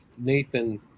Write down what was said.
Nathan